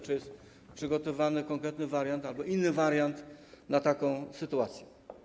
Czy jest przygotowany konkretny wariant albo inny wariant na taką sytuację?